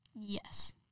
Yes